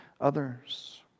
others